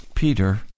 Peter